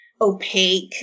opaque